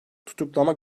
tutuklama